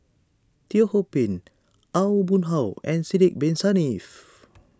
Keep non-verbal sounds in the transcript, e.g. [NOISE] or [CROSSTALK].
Teo Ho Pin Aw Boon Haw and Sidek Bin Saniff [NOISE]